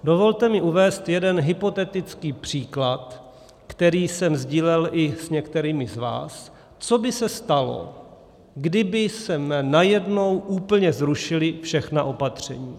Dovolte mi uvést jeden hypotetický příklad, který jsem sdílel i s některými z vás, co by se stalo, kdybychom najednou úplně zrušili všechna opatření.